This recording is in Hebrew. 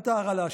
ענתה הרלש"ית.